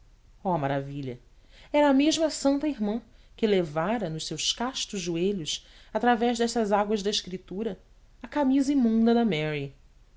oh maravilha era a mesma santa irmã que levara nos seus castos joelhos através destas águas da escritura a camisa imunda da mary